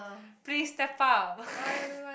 please step up